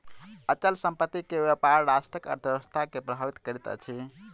अचल संपत्ति के व्यापार राष्ट्रक अर्थव्यवस्था के प्रभावित करैत अछि